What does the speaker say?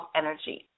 energy